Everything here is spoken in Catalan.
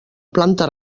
planta